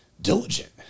diligent